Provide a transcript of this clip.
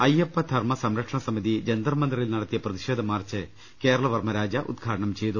അയ്യപ്പധർമ്മ സംരക്ഷണസമിതി ജന്തർമന്ദറിൽ നടത്തിയ പ്രതിഷേധ മാർച്ച് കേരളവർമ്മരാജ ഉദ്ഘാടനം ചെയ്തു